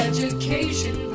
Education